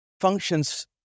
functions